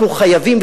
אנחנו חייבים,